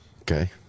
Okay